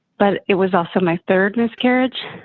but it was also my third miscarriage.